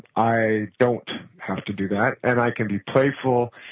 i don't have to do that, and i can be playful,